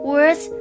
Words